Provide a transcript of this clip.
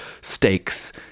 stakes